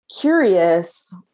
curious